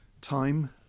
time